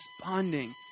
responding